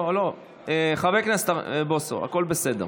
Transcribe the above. לא, לא, חבר הכנסת בוסו, הכול בסדר.